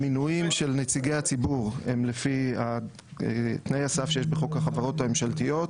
המינויים של נציגי הציבור הם לפי תנאי הסף שיש בחוק החברות הממשלתיות,